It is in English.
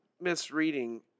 misreading